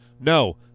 No